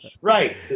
right